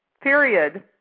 Period